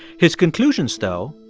his conclusions, though,